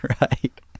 Right